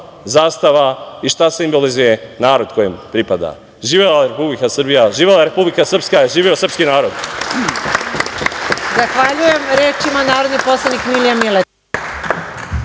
zastava i šta simbolizuje narod kojem pripada. Živela Republika Srbija! Živela Republika Srpska! Živeo srpski narod!